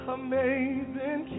amazing